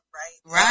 right